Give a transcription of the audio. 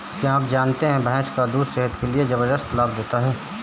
क्या आप जानते है भैंस का दूध सेहत के लिए जबरदस्त लाभ देता है?